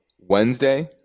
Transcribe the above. Wednesday